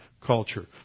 culture